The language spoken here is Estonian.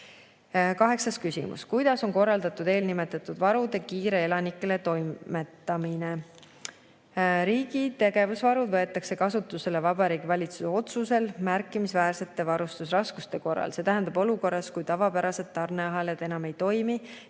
Kaheksas küsimus: "Kuidas on korraldatud eelnimetatud varude kiire elanikele toimetamine?" Riigi tegevusvaru võetakse kasutusele Vabariigi Valitsuse otsusel märkimisväärsete varustusraskuste korral, see tähendab olukorras, kus tavapärased tarneahelad enam ei toimi